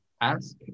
ask